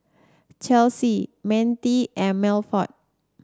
Chelsy Mintie and Milford